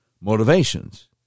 motivations